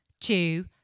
two